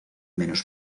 menos